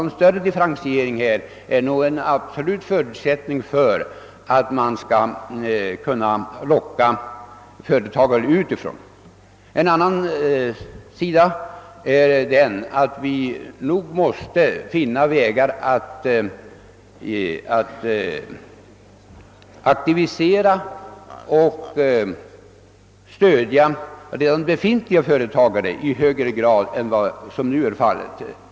En större differentiering av stödet är enligt min mening en absolut förutsättning för att vi skall kunna locka företagare till Norrlands inland. Men vi måste också finna vägar för att aktivisera och stödja redan befintliga företag i högre grad än vad som nu är fallet.